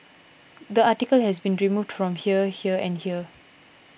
the article has been removed from here here and here